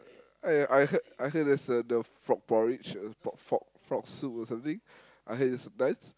I I heard I heard there's uh the frog porridge frog frog frog soup or something I heard it's nice